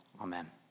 Amen